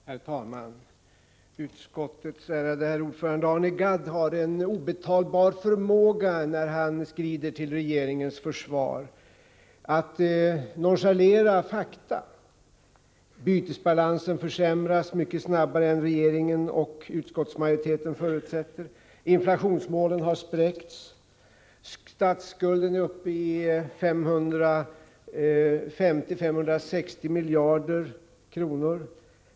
Herr talman! Utskottets ärade ordförande Arne Gadd har en obetalbar förmåga när han skrider till regeringens försvar att nonchalera fakta — obekymrat glider han förbi att bytesbalansen försämras mycket snabbare än regeringen och utskottsmajoriteten förutsätter, att inflationsmålen har spräckts och att statsskulden är uppe i 550-560 miljarder kronor.